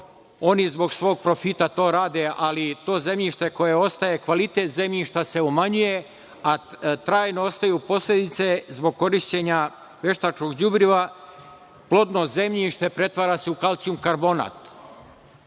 oni zbog svog profita to rade, ali to zemljište koje ostaje, kvalitet zemljišta se umanjuje, a trajno ostaju posledice zbog korišćenja veštačkog đubriva, plodno zemljište prevara se u kalcijum-karbonat.